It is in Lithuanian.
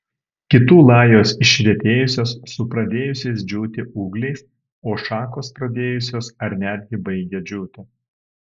kitų lajos išretėjusios su pradėjusiais džiūti ūgliais o šakos pradėjusios ar netgi baigia džiūti